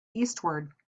eastward